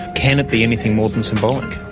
can it be anything more than symbolic?